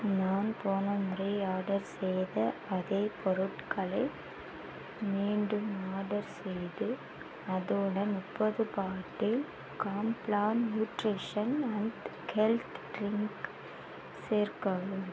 நான் போன முறை ஆடர் செய்த அதே பொருட்களை மீண்டும் ஆடர் செய்து அதோடு முப்பது bottle Complan nutrition and health drink சேர்க்கவும்